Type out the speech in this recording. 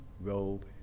Robe